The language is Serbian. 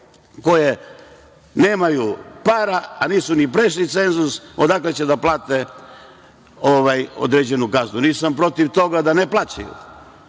koje nemaju para, a nisu ni prešli cenzus, odakle će da plate određenu kaznu. Nisam protiv toga da ne plaćaju,